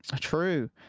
True